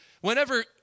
whenever